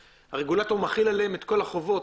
והרגולטור מחיל עליהן את כל החובות,